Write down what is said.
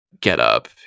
getup